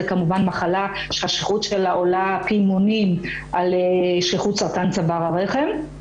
זה כמובן מחלה שהשכיחות שלה עולה עשרת מונים על שכיחות צוואר הרחם,